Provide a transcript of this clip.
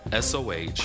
SOH